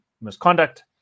misconduct